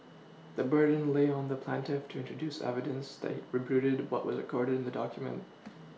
the burden lay on the plaintiff to introduce evidence that it rebutted what was recorded in the document